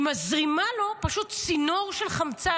היא פשוט מזרימה לו צינור של חמצן.